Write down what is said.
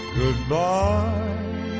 goodbye